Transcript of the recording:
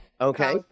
Okay